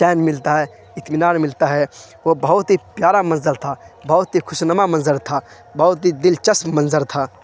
چین ملتا ہے اطمینان ملتا ہے وہ بہت ہی پیارا منظر تھا بہت ہی خوشنما منظر تھا بہت ہی دلچسپ منظر تھا